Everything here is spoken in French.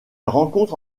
rencontre